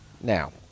Now